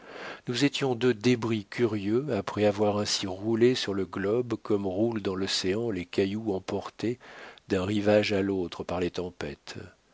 nous étions deux débris curieux après avoir ainsi roulé sur le globe comme roulent dans l'océan les cailloux emportés d'un rivage à l'autre par les tempêtes